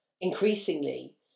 increasingly